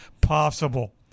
possible